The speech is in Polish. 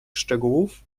szczegółów